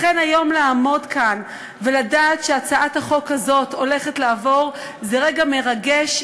לכן היום לעמוד כאן ולדעת שהצעת החוק הזאת הולכת לעבור זה רגע מרגש,